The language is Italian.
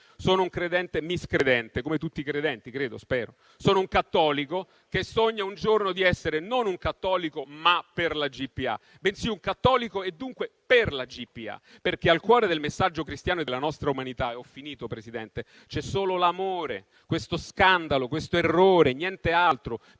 Sono un credente miscredente, come tutti i credenti, credo, spero; sono un cattolico che sogna un giorno di essere non un cattolico, ma per la GPA, bensì un cattolico e dunque per la GPA, perché al cuore del messaggio cristiano della nostra umanità c'è solo l'amore; questo scandalo, questo errore, niente altro, più